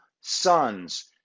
sons